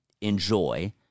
enjoy